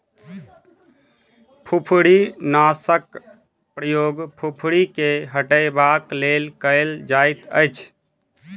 फुफरीनाशकक प्रयोग फुफरी के हटयबाक लेल कयल जाइतअछि